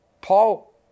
Paul